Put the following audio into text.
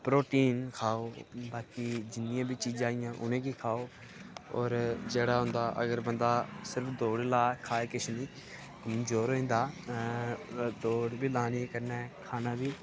protein खाओ बाकी जिन्नियां बी चीजां आइयां उनेंगी खाओ होर जेह्ड़ा होंदा अगर बंदा सिर्फ दौड़ ला खाए किश नि कमजोर होई जंदा दौड़ बी लानी कन्नै खाना बी